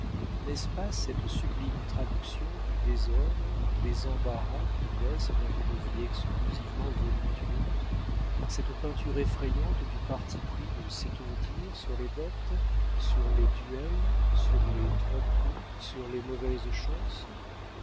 n'est-ce pas cette sublime traduction du désordre des embarras qui naissent dans une vie exclusivement voluptueuse cette peinture effrayante du parti pris de s'étourdir sur les dettes sur les duels sur les tromperies sur les mauvaises chances